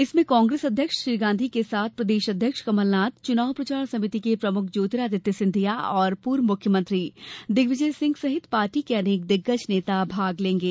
इसमें कांग्रेस अध्यक्ष श्री गांधी के साथ प्रदेश अध्यक्ष कमलनाथ चुनाव प्रचार समिति के प्रमुख ज्योतिरादित्य सिंधिया और पूर्व मुख्यमंत्री दिग्विजय सिंह सहित पार्टी के अनेक दिग्गज नेता भाग लेंगे